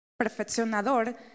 perfeccionador